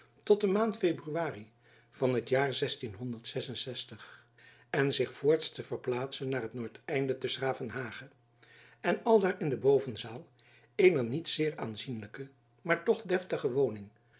tot de maand february van het jaar en zich voorts te verplaatsen naar het noordeinde te s gravenhage en aldaar in de bovenzaal eener wel niet zeer aanzienlijke maar toch deftige woning